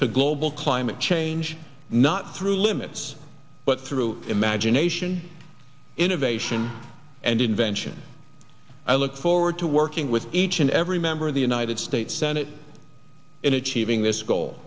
to global climate change not through limits but through imagination innovation and invention i look forward to working with each and every member of the united states senate in achieving this goal